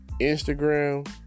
Instagram